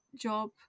job